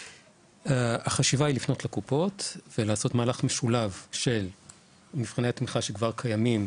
החשיבה היא לפנות לקופות ולעשות מהלך משולב של מבחני התמיכה שכבר קיימים